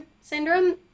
syndrome